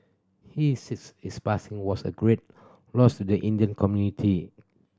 he says his passing was a great loss to the Indian community